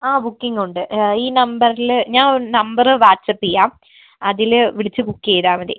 ആ ബുക്കിങ്ങുണ്ട് ഈ നമ്പറിൽ ഞാൻ ഒരു നമ്പറ് വാട്ട്സ്ആപ്പ് ചെയ്യാം അതിൽ വിളിച്ച് ബുക്ക് ചെയ്താൽ മതി